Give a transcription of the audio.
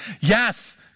Yes